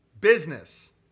business